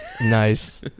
Nice